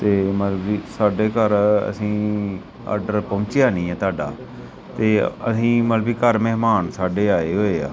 ਅਤੇ ਮਤਲਬ ਵੀ ਸਾਡੇ ਘਰ ਅਸੀਂ ਆਡਰ ਪਹੁੰਚਿਆ ਨਹੀਂ ਹੈ ਤੁਹਾਡਾ ਅਤੇ ਅਸੀਂ ਮਤਲਬ ਵੀ ਘਰ ਮਹਿਮਾਨ ਸਾਡੇ ਆਏ ਹੋਏ ਆ